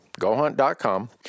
GoHunt.com